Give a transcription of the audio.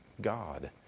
God